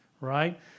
right